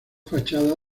fachada